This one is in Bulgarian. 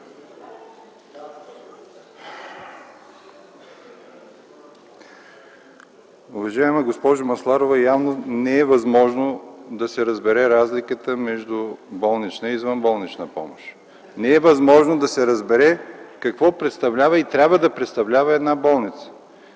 Уважаема госпожо Масларова, явно не е възможно да се разбере разликата между болнична и извънболнична помощ. Не е възможно да се разбере какво представлява и трябва да представлява една болница,